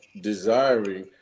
desiring